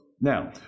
Now